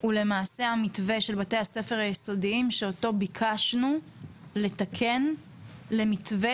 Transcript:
הוא למעשה המתווה של בתי הספר היסודיים שאותו ביקשנו לתקן למתווה